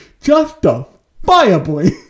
justifiably